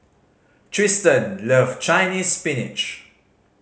Trystan love Chinese Spinach